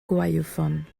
gwaywffon